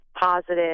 positive